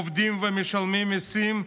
עובדים ומשלמים מיסים,